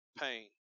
pain